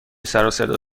سروصدا